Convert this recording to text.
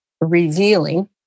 revealing